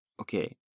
okay